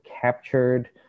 captured